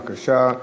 בבקשה,